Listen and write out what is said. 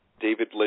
David